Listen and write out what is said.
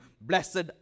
Blessed